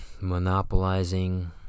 monopolizing